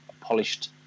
polished